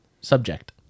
Subject